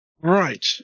Right